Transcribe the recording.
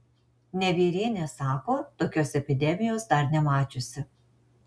nevierienė sako tokios epidemijos dar nemačiusi